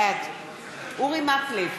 בעד אורי מקלב,